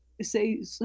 say